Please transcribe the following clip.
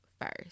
first